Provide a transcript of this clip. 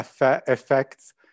effects